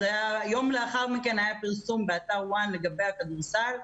יום לאחר מכן היה פרסום באתר One לגבי הכדורסל.